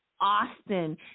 Austin